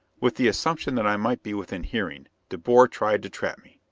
with the assumption that i might be within hearing, de boer tried to trap me.